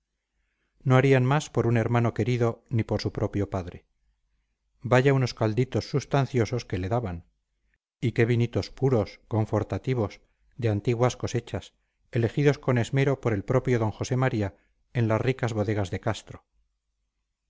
no harían más por un hermano querido ni por su propio padre vaya unos calditos substanciosos que le daban y qué vinitos puros confortativos de antiguas cosechas elegidos con esmero por el propio d josé maría en las ricas bodegas de castro